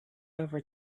over